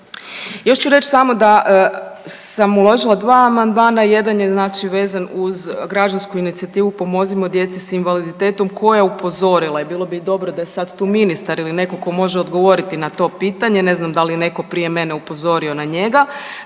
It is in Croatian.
Još ću reći samo da sam uložila 2 amandmana, jedan je znači vezan uz građansku inicijativu "Pomozimo djeci s invaliditetom" koja je upozorila i bilo bi dobro da je sad tu ministar ili netko tko može odgovoriti na to pitanje, ne znam da li je netko prije mene upozorio na njega,